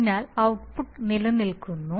അതിനാൽ ഔട്ട്പുട്ട് നിലനിൽക്കുന്നു